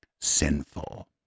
sinful